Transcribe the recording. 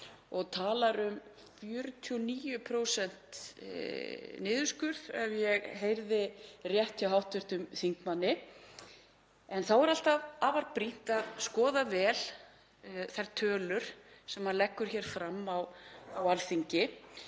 og talar um 49% niðurskurð ef ég heyrði rétt hjá hv. þingmanni. Það er alltaf afar brýnt að skoða vel þær tölur sem maður leggur hér fram á Alþingi.